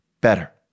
better